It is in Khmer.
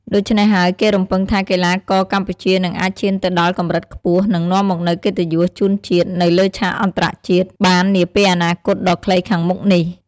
ដូច្នេះហើយ គេរំពឹងថាកីឡាករកម្ពុជានឹងអាចឈានទៅដល់កម្រិតខ្ពស់ និងនាំមកនូវកិត្តិយសជូនជាតិនៅលើឆាកអន្តរជាតិបាននាពេលអនាគតដ៏ខ្លីខាងមុខនេះ។